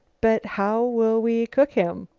but how will we cook him?